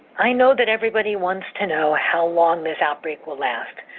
i know that everybody wants to know how long this outbreak will last.